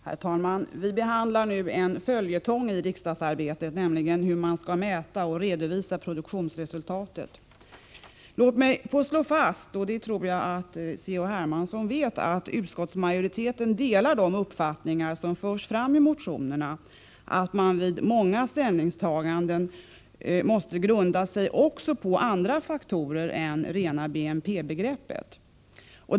Herr talman! Vi behandlar nu en följetong i riksdagsarbetet, nämligen frågan hur man skall mäta och redovisa produktionsresultatet. Låt mig slå fast — det tror jag C.-H. Hermansson vet — att utskottsmajoriteten delar de uppfattningar som förs fram i motionerna, nämligen att man vid många ställningstaganden måste grunda sig också på andra faktorer än rena BNP-begreppet.